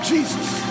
Jesus